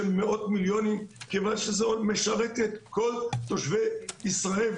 מאות-מיליונים כיוון שזה משרת את כל תושבי ישראל,